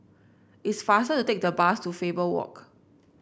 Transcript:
it's faster to take the bus to Faber Walk